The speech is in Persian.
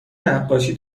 نقاشی